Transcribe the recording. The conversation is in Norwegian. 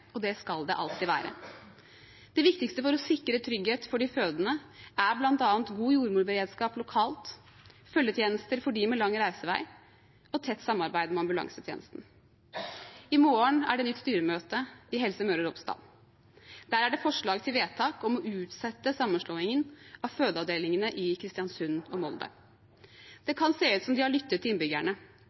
og det skal det alltid være. Det viktigste for å sikre trygghet for de fødende er bl.a. god jordmorberedskap lokalt, følgetjenester for dem med lang reisevei og tett samarbeid med ambulansetjenesten. I morgen er det nytt styremøte i Helse Møre og Romsdal. Der er det forslag til vedtak om å utsette sammenslåingen av fødeavdelingene i Kristiansund og Molde. Det kan se ut som de har lyttet til innbyggerne,